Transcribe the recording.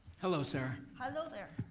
hello sarah. hello there,